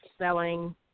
selling